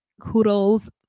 Kudos